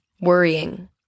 worrying